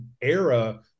era